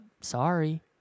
sorry